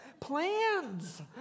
plans